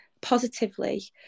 positively